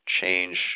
change